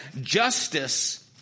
justice